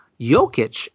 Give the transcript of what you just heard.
Jokic